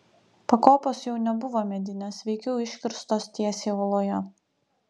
pakopos jau nebuvo medinės veikiau iškirstos tiesiai uoloje